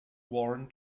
warren